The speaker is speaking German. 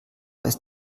ist